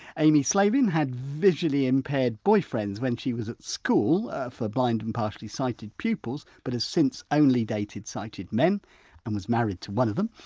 amie slavin had visually-impaired boyfriends when she was at school for blind and partially sighted pupils but has since only dated sighted men and was married to one of them.